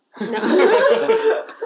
No